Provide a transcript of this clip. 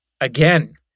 again